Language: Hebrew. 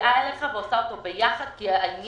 מגיעה אליך ועושה אותה ביחד כי העניין